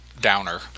downer